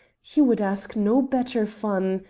he would ask no better fun.